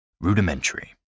Rudimentary